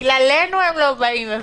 הבנתי, בגללנו הם לא באים.